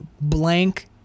blank